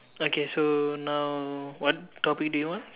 okay so now what topic do you want